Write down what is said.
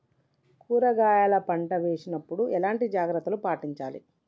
కూరగాయల పంట వేసినప్పుడు ఎలాంటి జాగ్రత్తలు పాటించాలి?